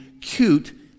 cute